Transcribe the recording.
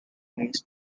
lies